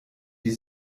die